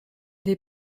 des